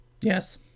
Yes